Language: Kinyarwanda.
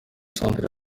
centre